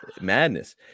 madness